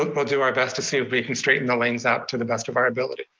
we'll do our best to see if we can straighten the lanes out to the best of our ability.